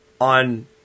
on